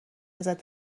ازت